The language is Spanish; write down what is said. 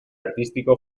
artístico